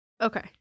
okay